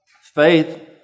faith